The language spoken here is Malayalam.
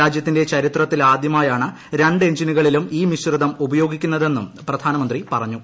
രാജ്യത്തിന്റെ ചരിത്രത്തിൽ ആദ്യമായാണ് രണ്ട് എഞ്ചിനുകളിലും ഈ മിശ്രിതം ഉപ യോഗിക്കുന്നതെന്നും പ്രധാനമന്ത്രി പറഞ്ഞു